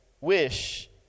wish